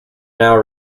now